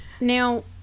now